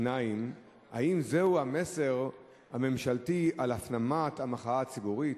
2. האם זהו המסר הממשלתי על הפנמת המחאה הציבורית?